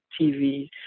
TV